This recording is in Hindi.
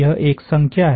यह एक संख्या है